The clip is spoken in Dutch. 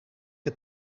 het